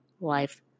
life